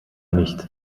nicht